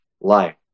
life